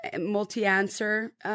multi-answer